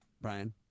Brian